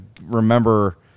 remember